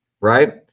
right